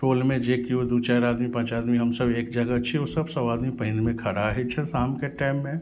टोलमे जे केओ दू चारि आदमी पाँच आदमी हमसब एक जगह छी ओ सब सब आदमी पानिमे खड़ा होइ छै शामके टाइममे